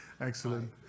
Excellent